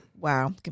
Wow